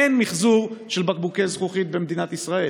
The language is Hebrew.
אין מחזור של בקבוקי זכוכית במדינת ישראל.